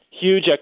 Huge